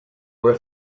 were